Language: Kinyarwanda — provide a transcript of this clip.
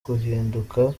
guhinduka